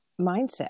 mindset